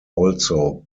also